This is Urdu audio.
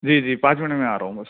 جی جی پانچ منٹ میں میں آ رہا ہوں بس